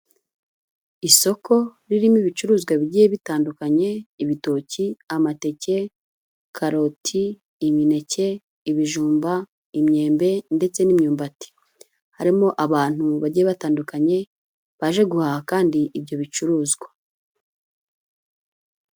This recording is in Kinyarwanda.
Isoko ririmo ibicuruzwa bigiye bitandukanye, ibitoki, amateke, karoti, imineke ibijumba, imyembe ndetse n'imyumbati, harimo abantu bagiye batandukanye, baje guhaha kandi ibyo bicuruzwa.